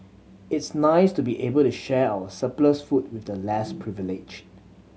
it's nice to be able to share our surplus food with the less privileged